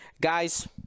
guys